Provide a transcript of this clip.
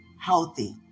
Healthy